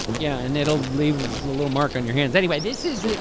yeah. and it'll leave a little mark on your hands anyway. this is it